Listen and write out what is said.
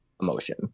emotion